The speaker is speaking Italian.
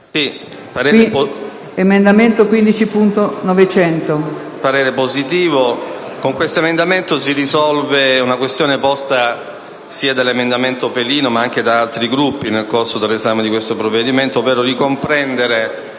il parere positivo